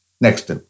Next